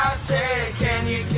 say can you